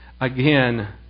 Again